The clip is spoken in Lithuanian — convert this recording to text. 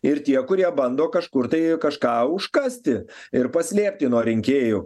ir tie kurie bando kažkur tai kažką užkasti ir paslėpti nuo rinkėjų